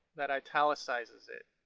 that italicizes it.